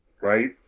right